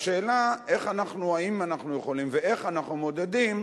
השאלה האם אנחנו יכולים ואיך אנחנו מודדים,